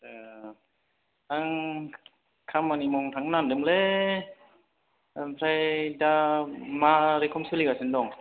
ओ आं खामानि मावनो थांनो नागिरदोंमोनलै ओमफ्राय दा मा रोखोम सोलिगासिनो दं